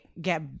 get